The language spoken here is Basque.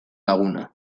laguna